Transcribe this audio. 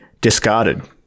discarded